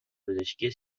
پزشکی